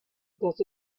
does